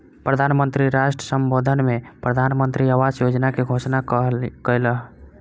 प्रधान मंत्री राष्ट्र सम्बोधन में प्रधानमंत्री आवास योजना के घोषणा कयलह्नि